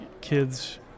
kids